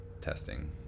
testing